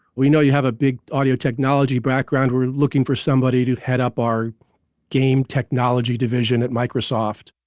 we know you have a big audio technology background. we're looking for somebody to head up our game technology division at microsoft.